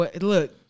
look